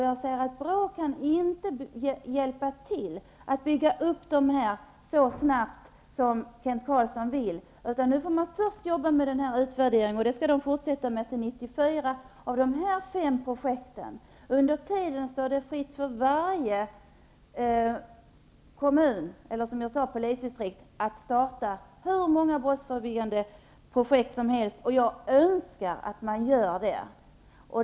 Jag anser att BRÅ inte kan hjälpa till att få i gång projekten så snabbt som Kent Carlsson vill, utan först måste man arbeta med utvärderingen, och det arbetet skall fortsätta till 1994. Under tiden står det varje polisdistrikt fritt att starta hur många brottsförebyggande projekt som helst, och jag önskar att man startar sådana.